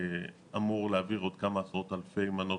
אמור להעביר עוד כמה עשרות אלפי מנות